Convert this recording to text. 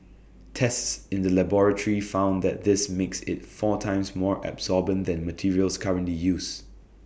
tests in the laboratory found that this makes IT four times more absorbent than materials currently used